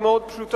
היא מאוד פשוטה: